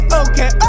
okay